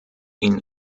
ihnen